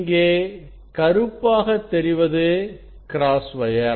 இங்கே கருப்பாக தெரிவது கிராஸ் வயர்